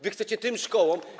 Wy chcecie tym szkołom.